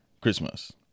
Christmas